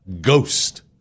ghost